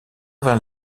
vin